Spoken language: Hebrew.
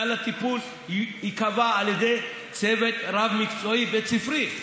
סל הטיפול ייקבע על ידי צוות רב-מקצועי בית ספרי,